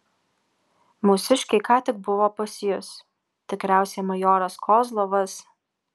mūsiškiai ką tik buvo pas jus tikriausiai majoras kozlovas